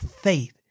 faith